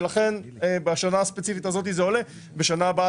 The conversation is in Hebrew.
לכן בשנה הספציפית הזו זה עולה ובשנה הבאה